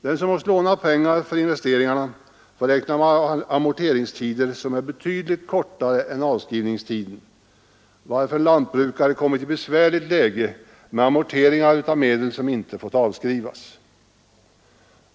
Den som måst låna pengar för investeringarna får räkna med amorteringstider som är betydligt kortare än avskrivningstiden, varför en lantbrukare kommit i ett besvärligt läge med amorteringar av medel som inte fått avskrivas.